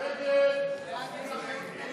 ילין וקבוצת סיעת המחנה